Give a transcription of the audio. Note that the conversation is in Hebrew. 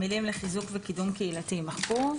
המילים "לחיזוק וקידום קהילתי" יימחקו.